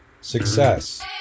success